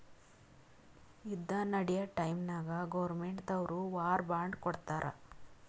ಯುದ್ದ ನಡ್ಯಾ ಟೈಮ್ನಾಗ್ ಗೌರ್ಮೆಂಟ್ ದವ್ರು ವಾರ್ ಬಾಂಡ್ ಕೊಡ್ತಾರ್